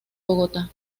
bogotá